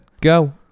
go